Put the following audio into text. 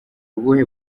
ubuhe